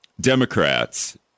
Democrats